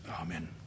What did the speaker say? amen